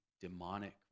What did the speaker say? demonic